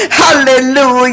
hallelujah